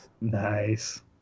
Nice